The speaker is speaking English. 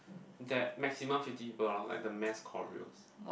that maximum fifty people lor like the mass choreos